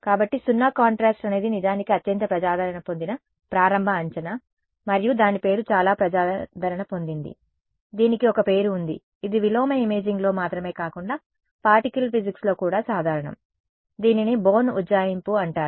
కాబట్టి 0 కాంట్రాస్ట్ అనేది నిజానికి అత్యంత ప్రజాదరణ పొందిన ప్రారంభ అంచనా మరియు దాని పేరు చాలా ప్రజాదరణ పొందింది దీనికి ఒక పేరు ఉంది ఇది విలోమ ఇమేజింగ్లో మాత్రమే కాకుండా పార్టికల్ ఫిజిక్స్లో కూడా సాధారణం దీనిని బోర్న్ ఉజ్జాయింపు అంటారు